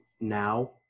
now